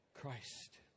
Christ